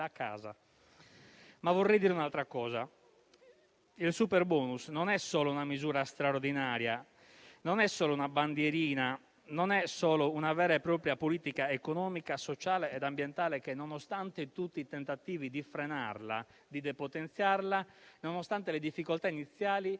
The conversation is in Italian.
la casa. Vorrei dire un'altra cosa: il superbonus non è solo una misura straordinaria, non è solo una bandierina; non è solo una vera e propria politica economica, sociale ed ambientale che, nonostante tutti i tentativi di frenarla e di depotenziarla, nonostante le difficoltà iniziali,